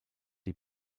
die